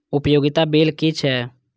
उपयोगिता बिल कि छै?